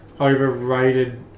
overrated